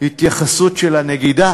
התייחסות של הנגידה